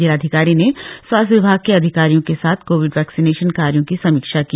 जिलाधिकारी ने स्वास्थ्य विभाग के अधिकारियों के साथ कोविड वैक्सीनेशन कार्यों की समीक्षा की